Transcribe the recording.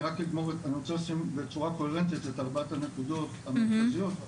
אני רק רוצה לשים בצורה קוהרנטית את ארבעת הנקודות המרכזיות.